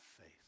faith